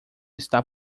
está